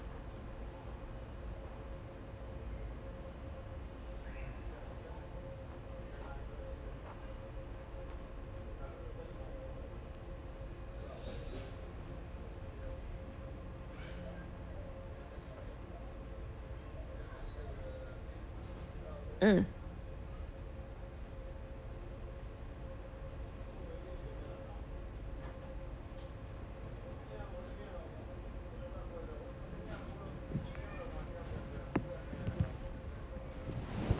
mm